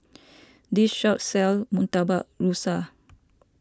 this shop sells Murtabak Rusa